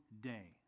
day